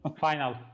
Final